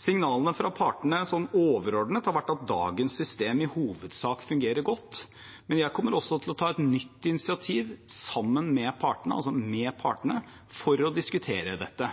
Signalene fra partene har overordnet vært at dagens system i hovedsak fungerer godt, men jeg kommer til å ta et nytt initiativ sammen med partene, altså med partene, for å diskutere dette.